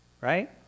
right